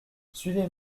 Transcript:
suivez